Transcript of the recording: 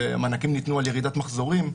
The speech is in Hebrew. ומענקים ניתנו על ירידת מחזורים,